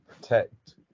protect